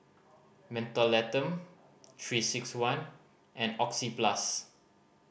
Mentholatum Three Six One and Oxyplus